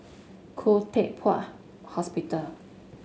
Khoo Teck Puat Hospital